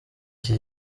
iki